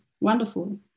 wonderful